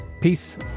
Peace